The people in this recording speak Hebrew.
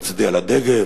ולהצדיע לדגל